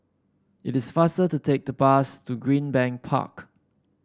it is faster to take the bus to Greenbank Park